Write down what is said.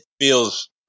feels